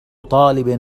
طالب